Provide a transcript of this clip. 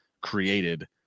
created